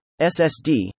SSD